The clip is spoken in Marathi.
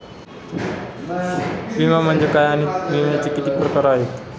विमा म्हणजे काय आणि विम्याचे किती प्रकार आहेत?